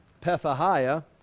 Pethahiah